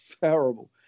Terrible